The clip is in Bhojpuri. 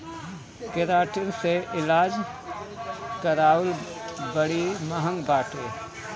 केराटिन से इलाज करावल बड़ी महँग बाटे